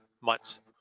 months